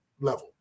level